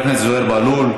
חבר הכנסת זוהיר בהלול,